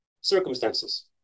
circumstances